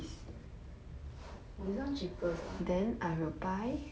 oh !wah! sian